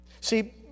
See